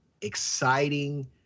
exciting